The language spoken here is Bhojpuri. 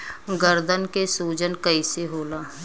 गर्दन के सूजन कईसे होला?